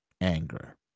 anger